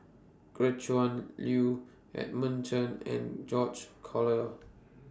Gretchen Liu Edmund Chen and George Collyer